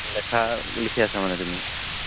লেখা লিখি আছা মানে তুমি